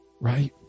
right